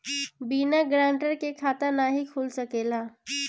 बिना गारंटर के खाता नाहीं खुल सकेला?